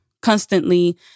constantly